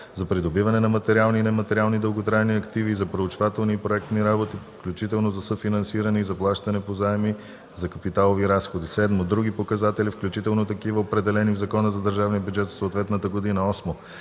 за придобиване на материални и нематериални дълготрайни активи и за проучвателни и проектни работи, включително за съфинансиране и за плащания по заеми за капиталови разходи; 7. други показатели, включително такива, определени в закона за държавния бюджет за съответната година;